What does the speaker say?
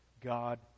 God